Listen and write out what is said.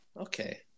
okay